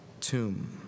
tomb